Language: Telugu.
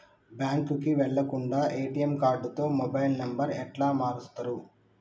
బ్యాంకుకి వెళ్లకుండా ఎ.టి.ఎమ్ కార్డుతో మొబైల్ నంబర్ ఎట్ల మారుస్తరు?